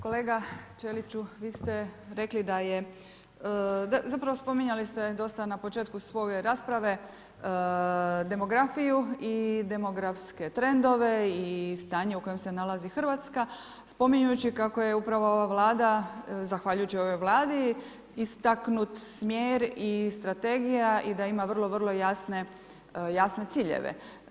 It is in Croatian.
Kolega Ćeliću, vi ste rekli da je zapravo spominjali ste dosta na početku svoje rasprave demografiju i demografske trendove i stanje u kojem se nalazi Hrvatska, spominjući upravo kako je ova Vlada, zahvaljujući ovoj Vladi istaknut smjer i strategija i da ima vrlo, vrlo jasne ciljeve.